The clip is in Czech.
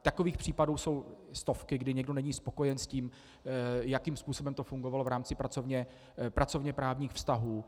Takových případů jsou stovky, kdy někdo není spokojen s tím, jakým způsobem to fungovalo v rámci pracovněprávních vztahů.